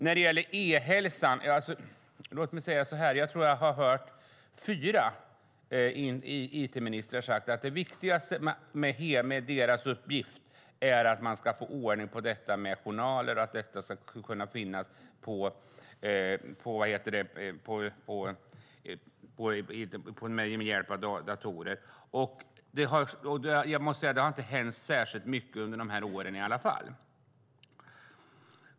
När det gäller e-hälsan tror jag att jag har hört fyra it-ministrar säga att det viktigaste med deras uppgift är att man ska få ordning på detta med journaler och att man ska kunna finna dem med hjälp av datorer. Jag måste säga att det inte har hänt särskilt mycket under de här åren i alla fall.